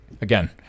again